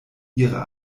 ihre